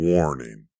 Warning